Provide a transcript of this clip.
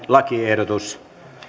lakiehdotus